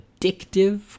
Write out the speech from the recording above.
addictive